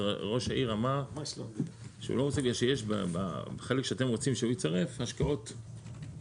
אז ראש העיר אמר שבחלק שאתם רוצים שהוא יצרף יש השקעות עתק.